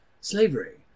slavery